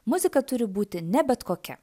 muzika turi būti ne bet kokia